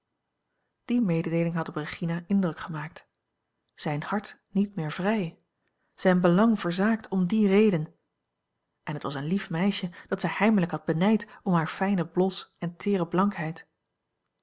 die mededeeling had op regina indruk gemaakt zijn hart niet meer vrij zijn belang verzaakt om die reden en het was een lief meisje dat zij heimelijk had benijd om haar fijnen blos en teere